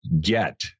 get